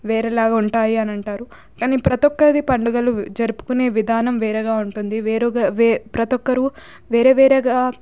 వేరే లాగా ఉంటాయి అని అంటారు కానీ ప్రతి ఒక్కరివి పండుగలు జరుపుకునే విధానం వేరేగా ఉంటుంది వేరుగా వే ప్రతి ఒక్కరు వేరే వేరేగా